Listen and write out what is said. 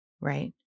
right